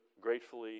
gratefully